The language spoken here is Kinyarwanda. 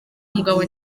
mugabo